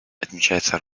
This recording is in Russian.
отмечается